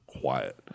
quiet